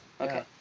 Okay